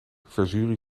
verzuren